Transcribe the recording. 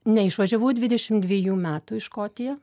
neišvažiavau dvidešim dvejų metų į škotiją